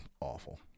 awful